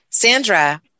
Sandra